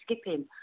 skipping